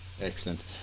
Excellent